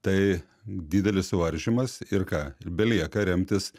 tai didelis suvaržymas ir ką belieka remtis